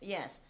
Yes